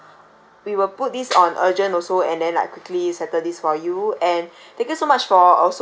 we will put this on urgent also and then like quickly settle this for you and thank you so much for also like